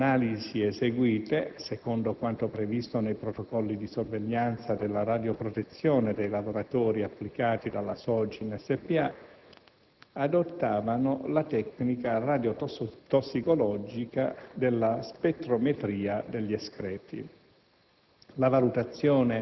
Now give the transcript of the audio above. Le analisi eseguite, secondo quanto previsto nei protocolli di sorveglianza della radioprotezione dei lavoratori applicati dalla SOGIN Spa, adottavano la tecnica radiotossicologica della spettrometria degli escreti.